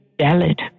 valid